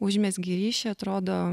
užmezgi ryšį atrodo